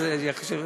אז זה היה חשוב לי,